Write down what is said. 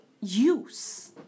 use